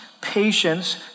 patience